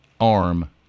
arm